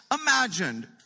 imagined